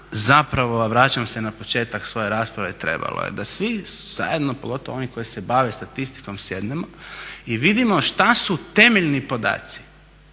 zapravo, vraćam se na početak svoje rasprave, trebalo je da svi zajedno, pogotovo oni koji se bave statistikom sjednemo i vidimo šta su temeljni podaci